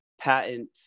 patent